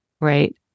right